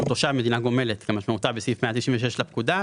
שהוא תושב מדינה גומלת כמשמעותה בסעיף 196 לפקודה,